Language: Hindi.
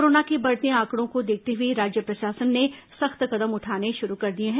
कोरोना के बढ़ते आंकड़े को देखते हुए राज्य प्रशासन ने सख्त कदम उठाने शुरू कर दिए हैं